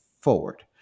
forward